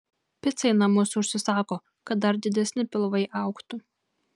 picą į namus užsisako kad dar didesni pilvai augtų